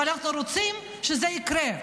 אבל אנחנו רוצים שזה יקרה,